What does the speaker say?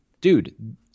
dude